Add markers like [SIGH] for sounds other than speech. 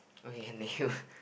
okay can [BREATH]